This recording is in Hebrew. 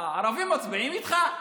הערבים מצביעים איתך.